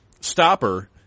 Stopper